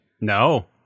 No